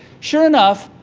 sure enough,